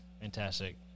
fantastic